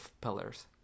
pillars